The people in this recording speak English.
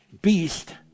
beast